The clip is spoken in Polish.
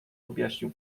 objaśnił